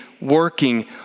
working